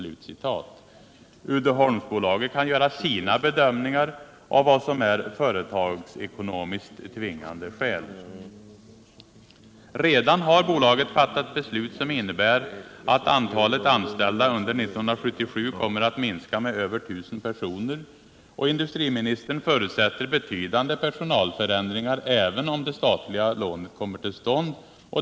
Uddeholmsbolaget kan göra sina bedömningar av vad som är företagsekonomiskt tvingande skäl. Redan har bolaget fattat beslut som innebär att antalet anställda under 1977 kommer att minska med över 1 000 personer, och industriministern förutsätter betydande personalförändringar även om det statliga lånet kommer till stånd.